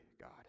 God